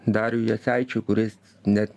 dariui jasaičiui kuris net